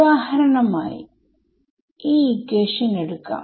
ഉദാഹരണമായി ഇവിടെ ഒരു ചോദ്യം വരാം